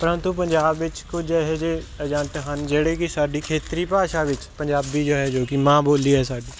ਪ੍ਰੰਤੂ ਪੰਜਾਬ ਵਿੱਚ ਕੁਝ ਇਹੋ ਜਿਹੇ ਏਜੰਟ ਹਨ ਜਿਹੜੇ ਕਿ ਸਾਡੀ ਖੇਤਰੀ ਭਾਸ਼ਾ ਵਿੱਚ ਪੰਜਾਬੀ ਜੋ ਹੈ ਜੋ ਕਿ ਮਾਂ ਬੋਲੀ ਹੈ ਸਾਡੀ